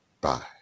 Bye